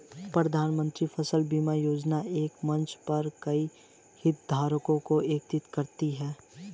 प्रधानमंत्री फसल बीमा योजना एक मंच पर कई हितधारकों को एकीकृत करती है